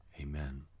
Amen